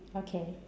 okay